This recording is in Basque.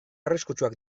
arriskutsuak